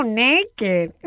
naked